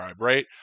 Right